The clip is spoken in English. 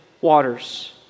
waters